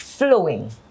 flowing